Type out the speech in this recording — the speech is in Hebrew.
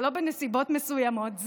זה לא בנסיבות מסוימות,